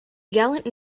gallant